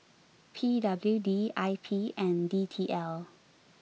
P W D I P and D T L